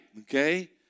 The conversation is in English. okay